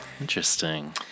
Interesting